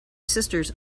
sisters